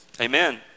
Amen